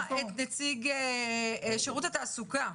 אנחנו נשמע את נציג שרות התעסוקה,